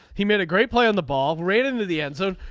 he made a great play on the ball right into the end zone.